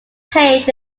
paid